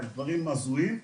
דברים הזויים.